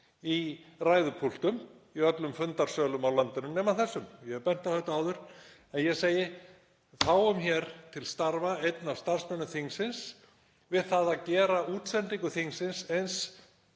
í ræðupúltum í öllum fundarsölum á landinu nema þessum. Ég hef bent á þetta áður, en ég segi: Fáum hér til starfa einn af starfsmönnum þingsins við það að gera útsendingu þingsins eins